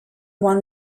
one